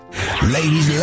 Ladies